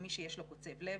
למי שיש לו קוצב לב.